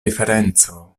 diferenco